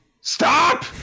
Stop